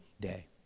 day